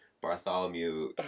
Bartholomew